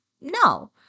No